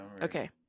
okay